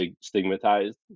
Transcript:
stigmatized